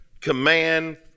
command